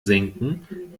senken